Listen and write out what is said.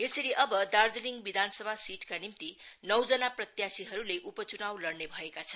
यसरी अब दार्जीलिङ विधानसभा सीटको निम्ति नौजना प्रत्याशीहरूले उपचुनाव लड्ने भएका छन्